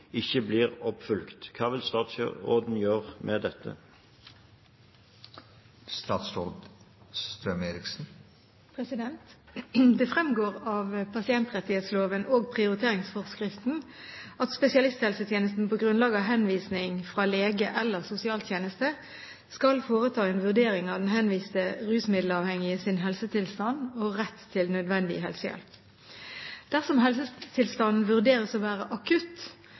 ikke blir oppfulgt. Hva vil statsråden gjøre med dette?» Det fremgår av pasientrettighetsloven og prioriteringsforskriften at spesialisthelsetjenesten på grunnlag av en henvisning fra lege eller sosialtjeneste skal foreta en vurdering av den henviste rusmiddelavhengiges helsetilstand og rett til nødvendig helsehjelp. Dersom helsetilstanden vurderes å være akutt,